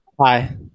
Hi